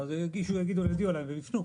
יגישו ויודיעו אליו ויפנו.